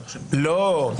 לא.